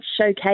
Showcase